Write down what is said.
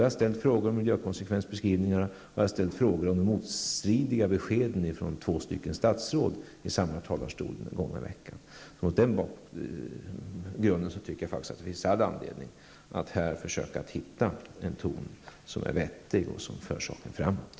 Jag har ställt frågor om miljökonsekvensbeskrivningarna och om de motstridiga beskeden från två statsråd från samma talarstol under den gångna veckan. Mot den bakgrunden tycker jag att det finns all anledning att här försöka komma fram till en ton som är vettig och som för saken framåt.